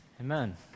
Amen